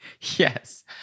Yes